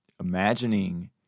imagining